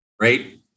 right